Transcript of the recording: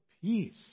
peace